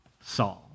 Saul